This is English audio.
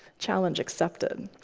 challenge accepted.